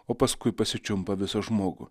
o paskui pasičiumpa visą žmogų